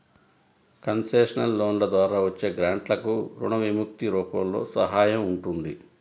concessional లోన్ల ద్వారా వచ్చే గ్రాంట్లకు రుణ విముక్తి రూపంలో సహాయం ఉంటుంది